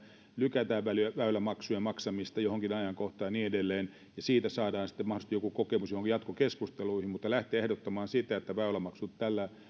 lykätään väylämaksujen maksamista johonkin ajankohtaan ja niin edelleen ja siitä saadaan sitten mahdollisesti joku kokemus joihinkin jatkokeskusteluihin mutta lähteä ehdottamaan sitä että väylämaksut